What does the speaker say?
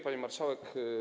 Pani Marszałek!